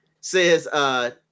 Says